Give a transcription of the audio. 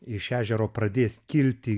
iš ežero pradės kilti